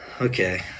Okay